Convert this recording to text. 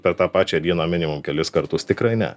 per tą pačią dieną minimum kelis kartus tikrai ne